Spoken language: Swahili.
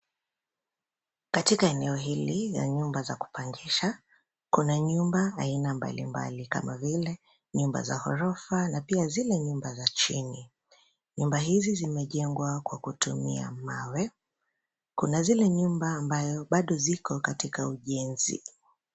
Katika eneo hili la nyumba za kupangisha kuna nyumba aina mbali mbali kama vile nyumba za ghorofa na pia zile nyumba za chini. Nyumba hizi zimejengwa kwa kutumia mawe. Kuna zile nyumba ambazo ziko katika ujenzi.